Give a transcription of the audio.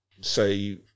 say